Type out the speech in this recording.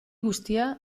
guztia